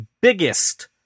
biggest